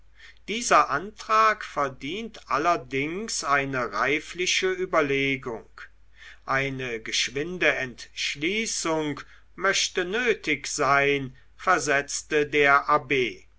dieser antrag verdient allerdings eine reifliche überlegung eine geschwinde entschließung möchte nötig sein versetzte der abb